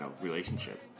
relationship